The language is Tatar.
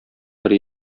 бер